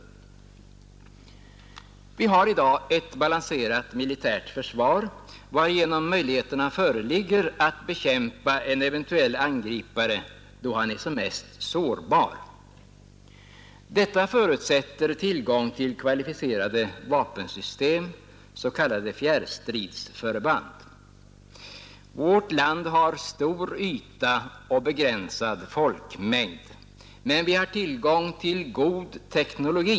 Vi har i dag ett balanserat militärt försvar, varigenom möjligheterna föreligger att bekämpa en eventuell angripare, då han är som mest sårbar. Detta förutsätter tillgång till kvalificerade vapensystem, s.k. fjärrstridsförband. Vårt land har stor yta och begränsad folkmängd, men vi har tillgång till god teknologi.